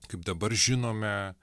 kaip dabar žinome